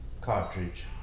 cartridge